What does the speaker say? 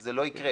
זה לא יקרה,